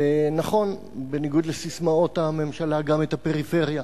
ונכון, בניגוד לססמאות הממשלה, גם את הפריפריה.